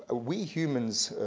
ah we humans,